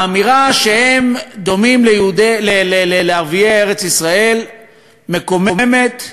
האמירה שהם דומים לערביי ארץ-ישראל מקוממת,